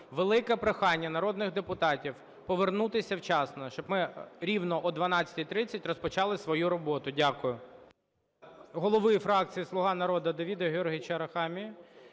Велике прохання народних депутатів повернутися вчасно, щоб ми рівно о 12:30 розпочали свою роботу. Дякую.